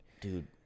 dude